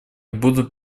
будут